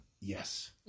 Yes